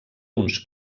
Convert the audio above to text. uns